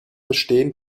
bestehen